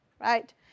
right